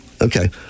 Okay